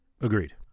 Agreed